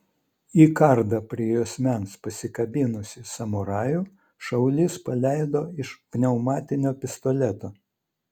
į kardą prie juosmens pasikabinusį samurajų šaulys paleido iš pneumatinio pistoleto